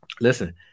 listen